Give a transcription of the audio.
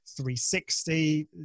360